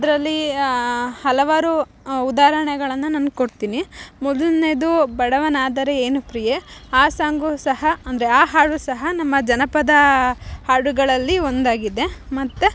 ಅದರಲ್ಲಿ ಹಲವಾರು ಉದಾರಣೆಗಳನ್ನು ನಾನು ಕೊಡ್ತೀನಿ ಮೊದಲನೇದು ಬಡವನಾದರೆ ಏನು ಪ್ರಿಯೆ ಆ ಸಾಂಗು ಸಹ ಅಂದರೆ ಆ ಹಾಡು ಸಹ ನಮ್ಮ ಜನಪದ ಹಾಡುಗಳಲ್ಲಿ ಒಂದಾಗಿದೆ ಮತ್ತೆ